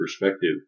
perspective